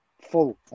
full